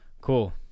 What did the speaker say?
cool